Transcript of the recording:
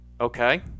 okay